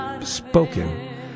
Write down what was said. spoken